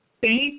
Thank